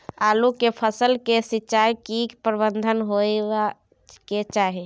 आलू के फसल के सिंचाई के की प्रबंध होबय के चाही?